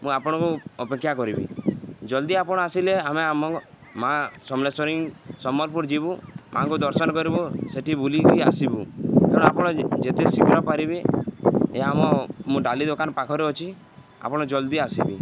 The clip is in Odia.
ମୁଁ ଆପଣଙ୍କୁ ଅପେକ୍ଷା କରିବି ଜଲ୍ଦି ଆପଣ ଆସିଲେ ଆମେ ଆମ ମା ସମଲେଶ୍ୱରୀ ସମ୍ବଲପୁର ଯିବୁ ମାଙ୍କୁ ଦର୍ଶନ କରିବୁ ସେଠି ବୁଲିକି ଆସିବୁ ତେଣୁ ଆପଣ ଯେତେ ଶୀଘ୍ର ପାରିବେ ଏହା ଆମ ମୁଁ ଡାଲି ଦୋକାନ ପାଖରେ ଅଛି ଆପଣ ଜଲ୍ଦି ଆସିବେ